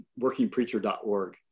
workingpreacher.org